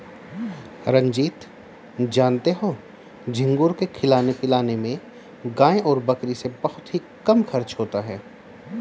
रंजीत जानते हो झींगुर को खिलाने पिलाने में गाय और बकरी से बहुत ही कम खर्च होता है